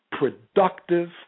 productive